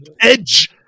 edge